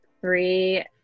three